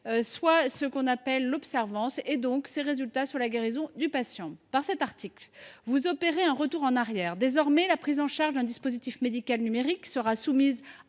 soit ce qu’on appelle « l’observance »– et ses résultats sur la guérison du patient. Madame la ministre, dans cet article, vous opérez un retour en arrière. Désormais, la prise en charge d’un dispositif médical numérique sera soumise à